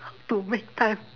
to make time